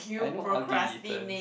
I know ugly Ethans